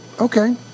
Okay